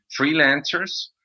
freelancers